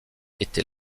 était